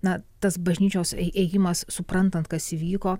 na tas bažnyčios ėjimas suprantant kas įvyko